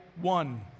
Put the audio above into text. one